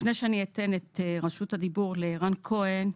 לפני שאני אתן את רשות הדיבור לרן כהן,